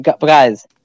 guys